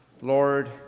Lord